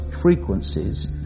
frequencies